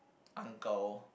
uncle